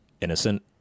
innocent